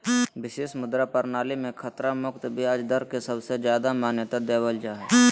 विशेष मुद्रा प्रणाली मे खतरा मुक्त ब्याज दर के सबसे ज्यादा मान्यता देवल जा हय